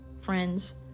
friends